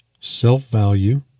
Self-Value